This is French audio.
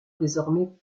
désormais